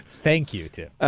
thank you, tim.